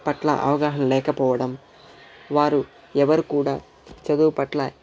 పట్ల అవగాహన లేకపోవడం వారు ఎవరూ కూడా చదువు పట్ల